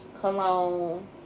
cologne